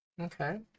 Okay